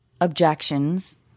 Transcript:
objections